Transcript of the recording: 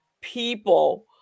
people